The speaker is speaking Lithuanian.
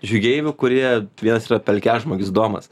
žygeivių kurie vienas yra pelkiažmogis domas